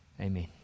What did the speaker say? Amen